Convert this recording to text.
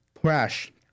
Crash